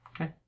Okay